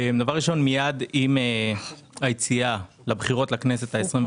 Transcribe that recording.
מיד עם היציאה לבחירות לכנסת ה-25